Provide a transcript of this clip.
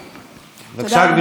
החוק, בבקשה.